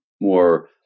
more